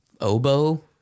oboe